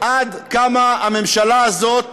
עד כמה הממשלה הזאת